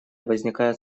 возникает